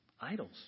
idols